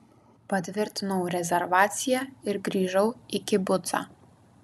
patvirtinau rezervaciją ir grįžau į kibucą